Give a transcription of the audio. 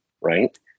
right